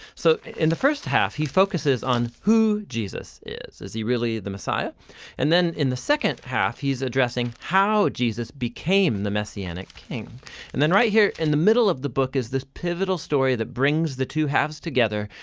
so in the first half, he focuses on who jesus is, is he really the messiah and then in the second half he's addressing how jesus became the messianic king and right here in the middle of the book is this pivotal story that brings the two halves together,